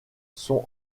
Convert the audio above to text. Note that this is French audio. sont